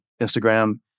Instagram